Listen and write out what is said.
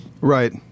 right